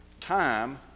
time